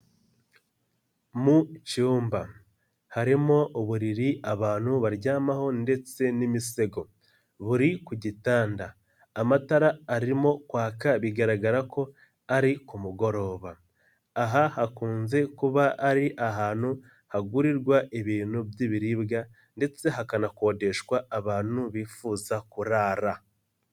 Mu cyumba harimo uburiri abantu baryamaho ndetse n'imisego buri ku gitanda amatara arimo kwaka bigaragara ko ari ku mugoroba, aha hakunze kuba ari ahantu hagurirwa ibintu by'ibiribwa ndetse hakanakodeshwa abantu bifuza kurara.